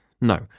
No